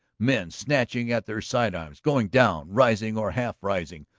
men snatching at their side-arms, going down, rising or half rising,